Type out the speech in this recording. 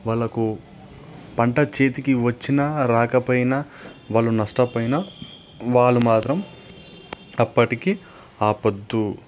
వాళ్లకు పంట చేతికి వచ్చిన రాకపోయినా వాళ్ళు నష్టపోయినా వాళ్ళు మాత్రం ఎప్పటికి ఆపొద్దు